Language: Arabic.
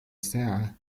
ساعة